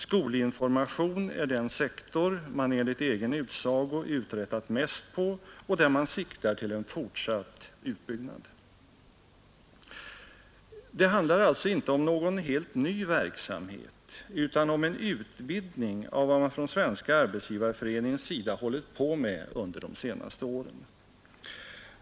Skolinformation är den sektor man enligt egen utsago uträttat mest på och där man siktar till en fortsatt utbyggnad. Det handlar alltså inte om någon helt ny verksamhet, utan om en utvidgning av vad man från Svenska arbetsgivareföreningens sida hållit på med under de senaste åren.